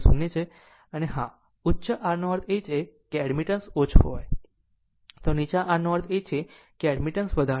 આમ જો હા ઉચ્ચ Rનો અર્થ એ છે કે એડમિટન્સ ઓછો હોય તો નીચા Rનો અર્થ એ છે કે એડમિટન્સ વધારે છે